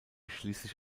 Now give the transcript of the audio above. schließlich